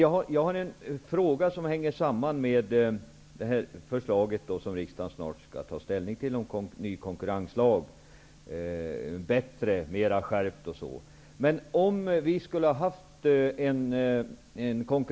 Jag har några frågor som hänger samman med förslaget om ny, bättre och mera skärpt konkurrenslagstiftning, som riksdagen snart skall ta ställning till.